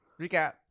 recap